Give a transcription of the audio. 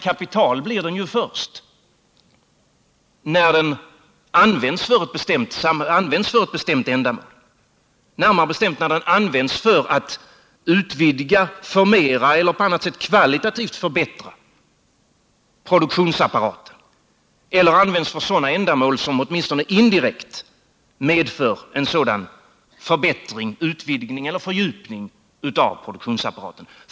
Kapital blir den först när den används för ett bestämt ändamål, närmare bestämt när den används för att utvidga, förmera eller på annat sätt kvalitativt förbättra produktionsapparaten eller används för sådana ändamål som åtminstone indirekt medför en sådan förbättring, utvidgning eller fördjupning av produktionsapparaten.